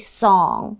song